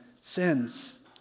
sins